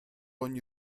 ogni